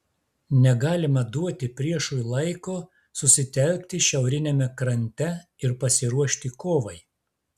negalima duoti priešui laiko susitelkti šiauriniame krante ir pasiruošti kovai